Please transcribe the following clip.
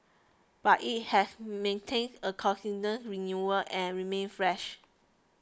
but it has maintained a consistent renewal and remained fresh